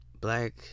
black